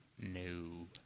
No